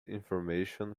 information